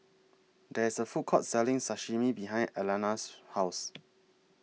There IS A Food Court Selling Sashimi behind Alana's House